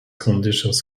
conditions